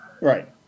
Right